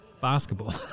basketball